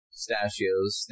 pistachios